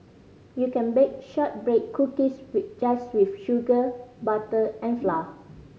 you can bake shortbread cookies just with sugar butter and flour